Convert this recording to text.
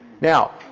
Now